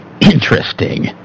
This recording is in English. Interesting